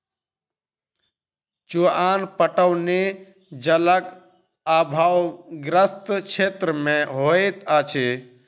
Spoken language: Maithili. चुआन पटौनी जलक आभावग्रस्त क्षेत्र मे होइत अछि